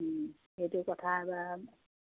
সেইটো কথা এবাৰ